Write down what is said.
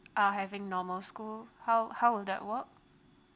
are having normal school how how would that work